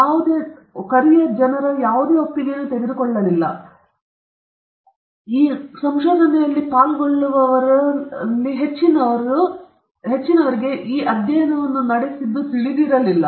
ಮತ್ತು ಯಾವುದೇ ಒಪ್ಪಿಗೆಯನ್ನು ತೆಗೆದುಕೊಳ್ಳಲಿಲ್ಲ ಏಕೆಂದರೆ ಈ ಪಾಲ್ಗೊಳ್ಳುವವರಲ್ಲಿ ಹೆಚ್ಚಿನವರು ಈ ಅಧ್ಯಯನವನ್ನು ನಡೆಸಿದ್ದಕ್ಕಾಗಿ ತಿಳಿದಿರಲಿಲ್ಲ